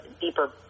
deeper